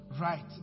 right